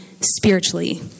spiritually